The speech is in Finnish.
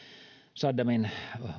saddamin